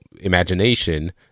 imagination